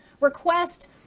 request